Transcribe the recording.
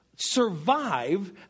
survive